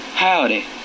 Howdy